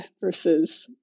versus